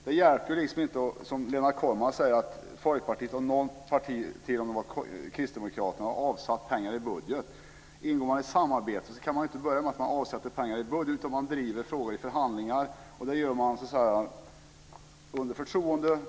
Det räcker inte att som Lennart Kollmats säga att Folkpartiet och t.o.m. Kristdemokraterna har avsatt pengar i budget för detta. Ingår man i ett samarbete kan man inte börja driva frågor i förhandlingar genom att avsätta pengar i budget. Sådana förhandlingar drivs under förtroende och inte i medierna.